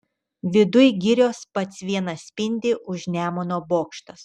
viduj girios pats vienas spindi už nemuno bokštas